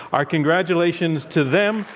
our congratulations to them.